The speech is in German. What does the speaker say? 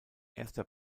erster